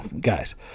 guys